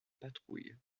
patrouilles